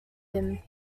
him